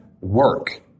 work